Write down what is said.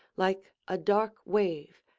like a dark wave,